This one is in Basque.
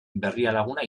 berrialaguna